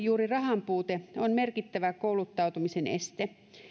juuri rahanpuute on merkittävä kouluttautumisen este